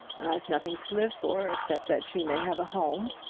i've nothing to live for except that she may have a home.